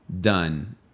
done